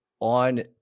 on